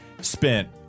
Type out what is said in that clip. spent